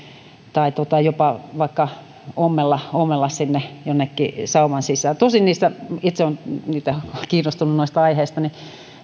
tai tai vaikka ommella ommella sinne jonnekin sauman sisään tosin niissäkään itse olen kiinnostunut tuosta aiheesta